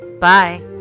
Bye